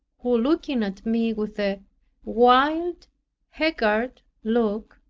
who looking at me with a wild haggard look,